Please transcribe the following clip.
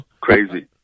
Crazy